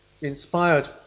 inspired